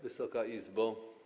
Wysoka Izbo!